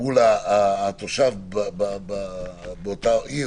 מול התושב באותו אזור,